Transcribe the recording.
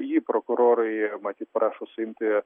jį prokurorai matyt prašo suimti